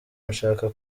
mushaka